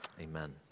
amen